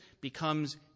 becomes